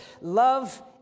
love